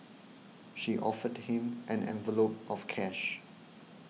she offered him an envelope of cash